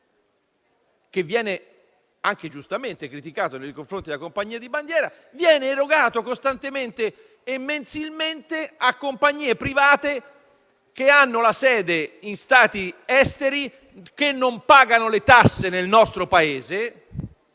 che viene - anche giustamente - criticato nei confronti della compagnia di bandiera, viene erogato costantemente e mensilmente a compagnie private che hanno sede in Stati esteri, che non pagano le tasse nel nostro Paese